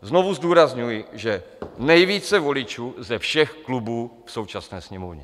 Znovu zdůrazňuji, že nejvíce voličů ze všech klubů v současné Sněmovně.